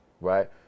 right